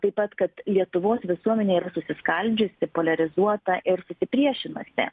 taip pat kad lietuvos visuomenė yra susiskaldžiusi poliarizuota ir susipriešinusi